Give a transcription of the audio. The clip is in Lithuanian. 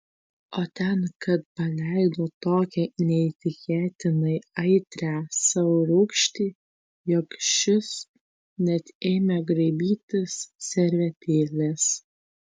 o ten kad paleido tokią neįtikėtinai aitrią savo rūgštį jog šis net ėmė graibytis servetėlės